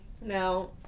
now